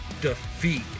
defeat